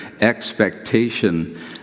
expectation